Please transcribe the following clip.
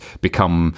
become